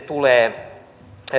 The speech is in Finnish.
tulee